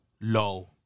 low